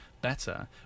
better